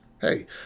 Hey